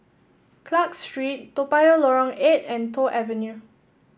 Clarke Street Toa Payoh Lorong Eight and Toh Avenue